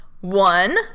One